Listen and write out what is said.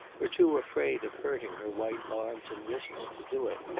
or too afraid of hurting her white arms and wrists, to do it.